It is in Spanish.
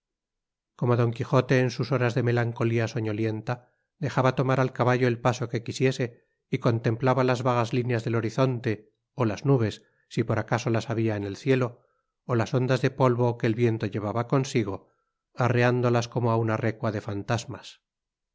como d quijote en sus horas de melancolía soñolienta dejaba tomar al caballo el paso que quisiese y contemplaba las vagas líneas del horizonte o las nubes si por acaso las había en el cielo o las ondas de polvo que el viento llevaba consigo arreándolas como a una recua de fantasmas